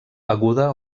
aguda